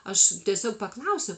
aš tiesiog paklausiu